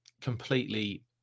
completely